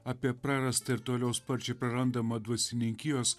apie prarastą ir toliau sparčiai prarandamą dvasininkijos